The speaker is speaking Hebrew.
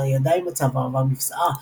הידיים הצוואר והמפשעה.